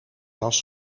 was